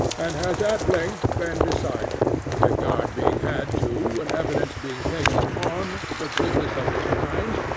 and has at length been decided, regard being had to, and evidence being taken upon, the goodness of its wines,